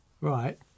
Right